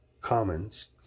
commons